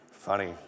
Funny